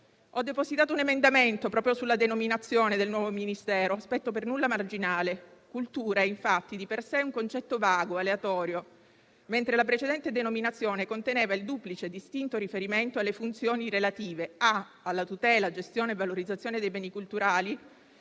Ho depositato un emendamento, proprio sulla denominazione del nuovo Ministero, aspetto per nulla marginale. Cultura, infatti, di per sé è un concetto vago e aleatorio, mentre la precedente denominazione conteneva il duplice e distinto riferimento alle funzioni relative: *a)* alla tutela, gestione e valorizzazione dei beni culturali